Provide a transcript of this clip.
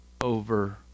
over